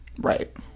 right